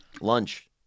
lunch